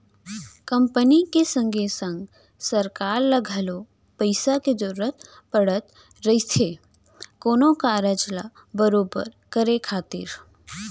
company के संगे संग सरकार ल घलौ पइसा के जरूरत पड़त रहिथे कोनो कारज ल बरोबर करे खातिर